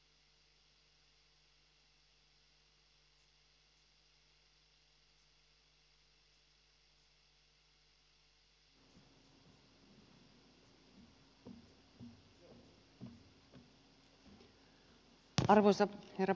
arvoisa herra puhemies